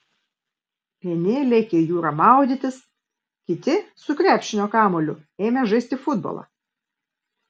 vieni lėkė į jūrą maudytis kiti su krepšinio kamuoliu ėmė žaisti futbolą